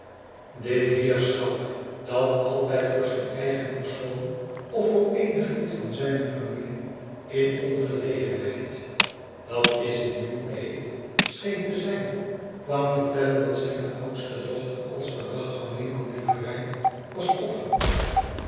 dit heerschap dat altijd voor zijn eigen persoon of voor eenig lid van zijne familie in ongelegenheid dat is in newgate scheen te zijn kwam vertellen dat zijne oudste dochter als verdacht van winkeldieverij was opgepakt